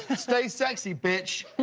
stay sexy bitch.